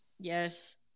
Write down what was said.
Yes